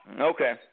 Okay